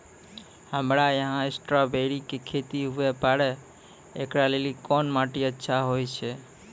हमरा यहाँ स्ट्राबेरी के खेती हुए पारे, इकरा लेली कोन माटी अच्छा होय छै?